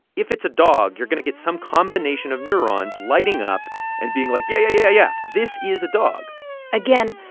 if it's a dog, you're going to get some combination of neurons lighting up and being like, yeah, yeah, yeah, yeah, this is a dog again,